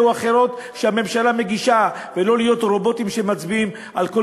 או אחרות שהממשלה מגישה: לא להיות רובוטים שמצביעים על כל